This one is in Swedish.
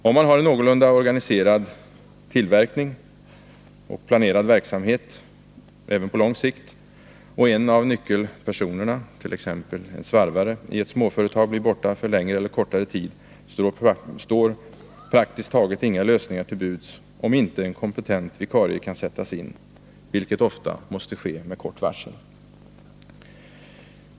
Om man har en någorlunda organiserad tillverkning och planerad verksamhet även på lång sikt och en av nyckelpersonerna, t.ex. en svarvare, i ett småföretag blir borta för längre eller kortare tid, står praktiskt taget inga lösningar till buds om inte en kompetent vikarie kan sättas in — vilket ofta måste ske med kort varsel.